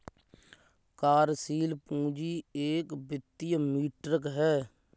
कार्यशील पूंजी एक वित्तीय मीट्रिक है